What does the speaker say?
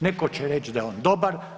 Netko će reći da je on dobar.